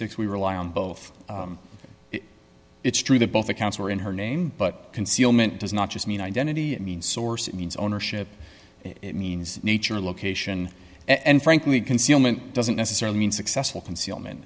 six we rely on both it's true that both accounts were in her name but concealment does not just mean identity it means source it means ownership it means nature or location and frankly concealment doesn't necessarily mean successful concealment